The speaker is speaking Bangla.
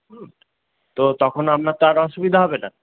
হুম তো তখন আপনার তো আর অসুবিধা হবে না